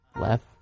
left